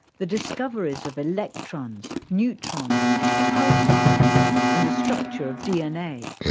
the discoveries of electrons, neutrons, pulsars and the structure of dna.